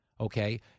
Okay